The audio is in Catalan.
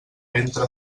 ventre